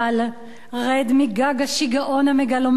רד מגג השיגעון המגלומני הזה,